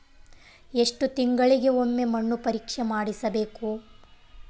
ಎಷ್ಟು ತಿಂಗಳಿಗೆ ಒಮ್ಮೆ ಮಣ್ಣು ಪರೇಕ್ಷೆ ಮಾಡಿಸಬೇಕು?